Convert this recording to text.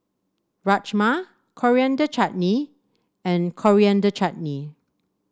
Rajma Coriander Chutney and Coriander Chutney